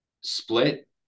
split